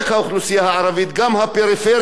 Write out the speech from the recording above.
גם הפריפריה של מדינת ישראל,